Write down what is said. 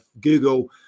Google